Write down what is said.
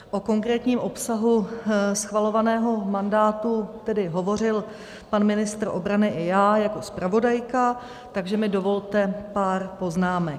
O konkrétním obsahu schvalovaného mandátu tedy hovořil pan ministr obrany i já jako zpravodajka, takže mi dovolte pár poznámek.